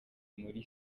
muri